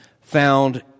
found